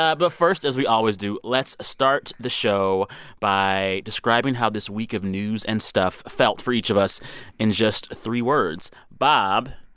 ah but first, as we always do, let's start the show by describing how this week of news and stuff felt for each of us in just three words. bob,